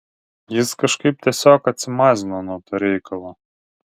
jis kažkaip tiesiog atsimazino nuo to reikalo